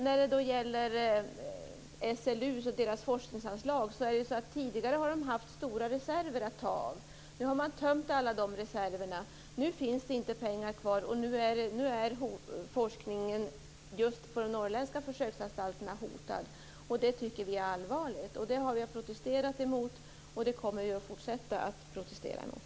När det gäller SLU och deras forskningsanslag, är det ju så att SLU tidigare har haft stora reserver att ta av. Nu har man tömt alla de reserverna. Nu finns det inga pengar kvar, och nu är forskningen just på de norrländska försöksanstalterna hotad. Det tycker vi är allvarligt. Det har vi protesterat mot, och det kommer vi att fortsätta att protestera mot.